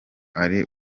ari